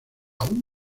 aún